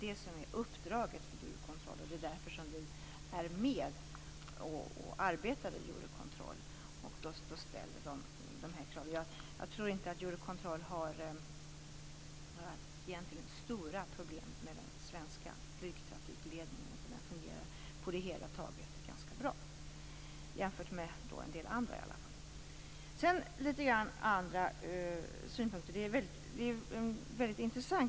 Det är Eurocontrols uppdrag, och det är därför som vi är med i och arbetar i Jag tror egentligen inte att Eurocontrol har några stora problem med den svenska flygtrafikledningen, utan den fungerar på det hela taget ganska bra, åtminstone jämfört med en del andra. Jag vill också ta upp en del andra synpunkter.